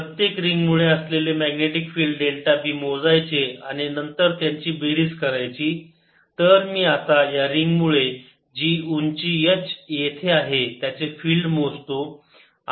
प्रत्येक रिंग मुळे असलेले मॅग्नेटिक फिल्ड डेल्टा B मोजायचे आणि नंतर त्यांची बेरीज करायची तर मी आता या रिंग मुळे जी उंची h येथे आहे त्याचे फिल्ड मोजतो